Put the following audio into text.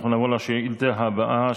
אנחנו נעבור לשאילתה הבאה,